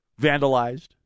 vandalized